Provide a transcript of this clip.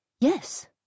Yes